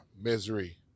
misery